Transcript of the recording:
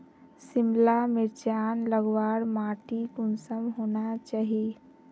सिमला मिर्चान लगवार माटी कुंसम होना चही?